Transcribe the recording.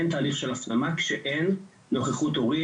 אין תהליך הפנמה כשאין נוכחות הורית